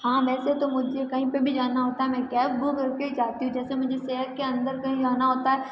हाँ वैसे तो मुझे कहीं पर भी जाना होता है मैं कैब बुक कर के ही जाती हूँ जैसे मुझे शहर के अंदर कहीं जाना होता है